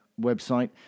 website